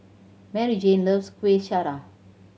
Maryjane loves Kueh Syara